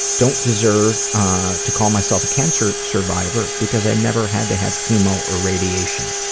don't deserve to call myself a cancer survivor because i never had to have chemo or radiation.